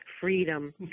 freedom